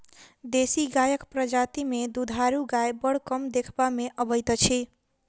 देशी गायक प्रजाति मे दूधारू गाय बड़ कम देखबा मे अबैत अछि